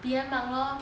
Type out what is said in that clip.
P_M mark lor